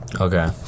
Okay